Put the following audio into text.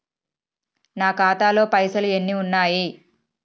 నా ఖాతాలో పైసలు ఎన్ని ఉన్నాయి?